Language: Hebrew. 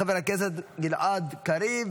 חבר הכנסת גלעד קריב